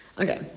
Okay